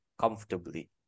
comfortably